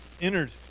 entered